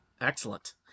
excellent